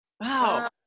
Wow